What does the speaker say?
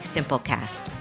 Simplecast